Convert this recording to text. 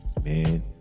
man